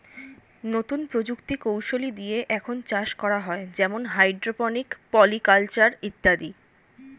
নতুন প্রযুক্তি কৌশলী দিয়ে এখন চাষ করা হয় যেমন হাইড্রোপনিক, পলি কালচার ইত্যাদি